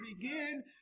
begin